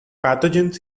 pathogens